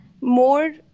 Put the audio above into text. more